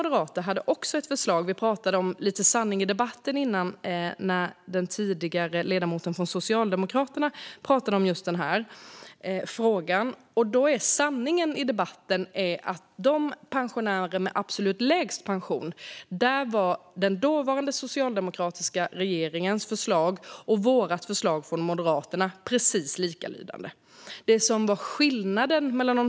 Det talades tidigare om sanning i debatten när ledamoten från Socialdemokraterna pratade om just denna fråga, och sanningen i debatten är att Moderaternas och den socialdemokratiska regeringens förslag för pensionärer med lägst pension var helt likalydande.